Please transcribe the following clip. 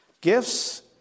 Gifts